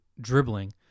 dribbling